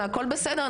זה הכול בסדר,